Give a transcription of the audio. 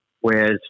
whereas